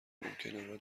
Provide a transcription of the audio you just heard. ممکنه